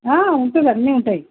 ఉంటుంది అన్నీ ఉంటాయి